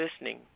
listening